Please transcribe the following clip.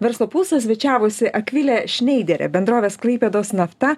verslo pulsas svečiavosi akvilė šneiderė bendrovės klaipėdos nafta